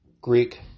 Greek